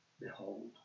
Behold